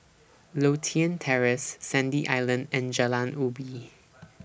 Lothian Terrace Sandy Island and Jalan Ubi